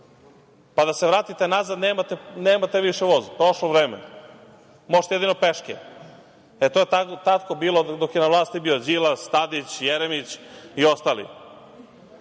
pa da se vratite nazad nemate više voz, prošlo vreme. Možete jedino peške. To je tako bilo dok je na vlati bio Đilas, Tadić, Jeremić i ostali. Tolika